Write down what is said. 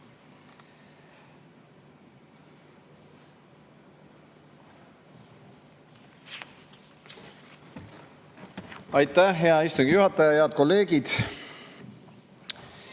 Aitäh, hea istungi juhataja! Head kolleegid!